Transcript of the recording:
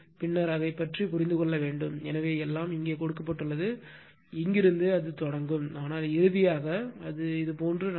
பின்னர் அதைப் பற்றி புரிந்து கொள்ள வேண்டும் எனவே எல்லாம் இங்கே கொடுக்கப்பட்டுள்ளது இங்கிருந்து அது தொடங்கும் ஆனால் இறுதியாக அது இது போன்ற நகரும்